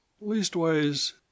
Leastways